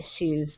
issues